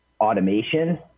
automation